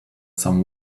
some